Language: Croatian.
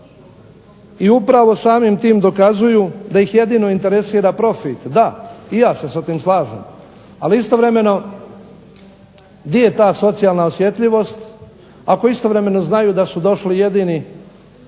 i upravo samim tim dokazuju da ih jedino interesira profit. Da, i ja se sa tim slažem. Ali istovremeno di je ta socijalna osjetljivost, ako istovremeno znaju da su došli jedini